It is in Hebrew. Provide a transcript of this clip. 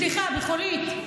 סליחה, חולית.